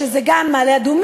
שזה גם מעלה-אדומים,